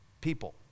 people